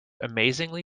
amazingly